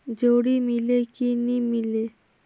जोणी मीले कि नी मिले?